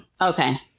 Okay